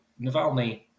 Navalny